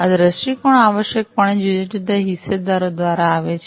આ દૃષ્ટિકોણ આવશ્યકપણે જુદા જુદા હિસ્સેદારો દ્વારા આવે છે